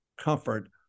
comfort